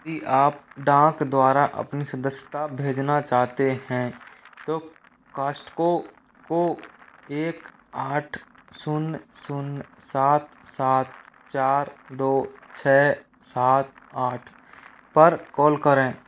यदि आप डाक द्वारा अपनी सदस्यता भेजना चाहते हैं तो कॉस्टको को एक आठ शून्य शून्य सात सात चार दो छः सात आठ पर कॉल करें